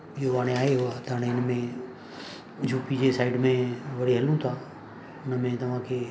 इहो हाणे आयो आहे त हाणे हिन में यू पी जे साइड में वरी हलूं था हुन में तव्हांखे